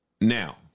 Now